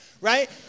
right